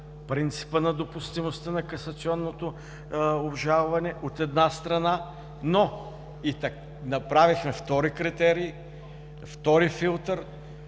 принципа на допустимостта на касационното обжалване, от една страна, но направихме и втори критерий, втори филтър,